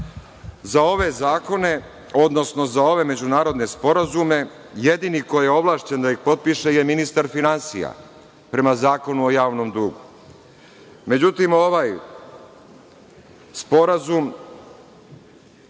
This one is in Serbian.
za ove zakone, odnosno za ove međunarodne sporazume, jedini koji je ovlašćen da ih potpiše je ministar finansija, prema Zakonu o javnom dugu. Međutim, ovaj sporazum